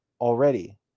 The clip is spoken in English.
already